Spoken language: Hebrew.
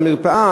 המרפאה,